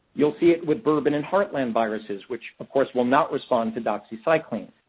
you'll see it with bourbon and heartland viruses, which, of course, will not respond to doxycycline.